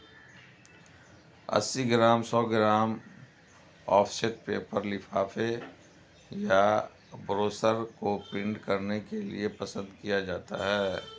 अस्सी ग्राम, सौ gram offset paper लिफाफे या ब्रोशर को प्रिंट करने के लिए पसंद किया जाता है